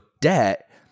debt